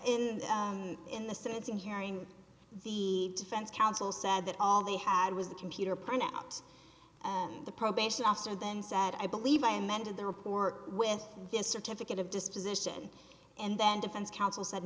the in the sentencing hearing the defense counsel said that all they had was the computer printout and the probation officer then said i believe i amended the report with this certificate of disposition and then defense counsel said